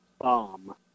bomb